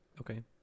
Okay